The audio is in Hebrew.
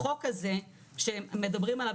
החוק הזה שמדברים עליו,